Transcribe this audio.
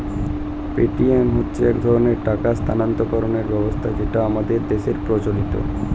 Paytm হচ্ছে এক ধরনের টাকা স্থানান্তরকরণের ব্যবস্থা যেটা আমাদের দেশের প্রচলিত